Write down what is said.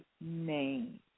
name